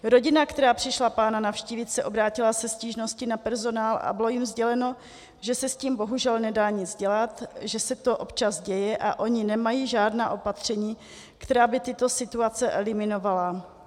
Rodina, která přišla pána navštívit, se obrátila se stížností na personál a bylo jim sděleno, že se s tím bohužel nedá nic dělat, že se to občas děje a oni nemají žádná opatření, která by tyto situace eliminovala.